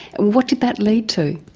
what did that lead to?